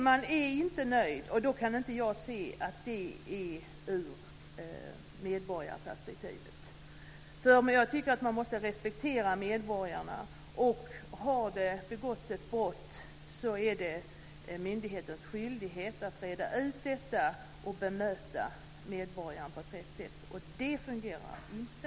Man är inte nöjd. Då kan inte jag se att detta är ur ett medborgarperspektiv. Jag tycker att man måste respektera medborgarna. Har det begåtts ett brott är det myndighetens skyldighet att reda ut detta och bemöta medborgaren på rätt sätt. Och det fungerar inte.